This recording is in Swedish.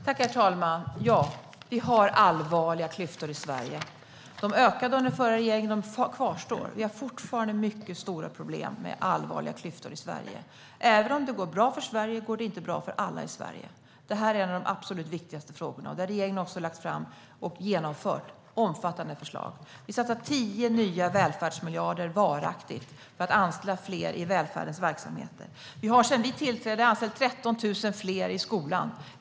Herr talman! Ja, vi har allvarliga klyftor i Sverige. De ökade under den förra regeringen, och de kvarstår. Vi har fortfarande mycket stora problem med allvarliga klyftor i Sverige. Även om det går bra för Sverige går det inte bra för alla i Sverige. Detta är en av de absolut viktigaste frågorna, och regeringen har lagt fram - och genomfört - omfattande förslag. Vi satsar 10 nya välfärdsmiljarder, varaktigt, för att anställa fler i välfärdens verksamheter. Vi har sedan vi tillträdde anställt 13 000 fler i skolan.